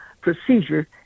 procedure